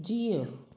जीउ